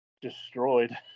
destroyed